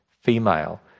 female